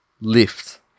Lift